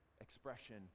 expression